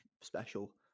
special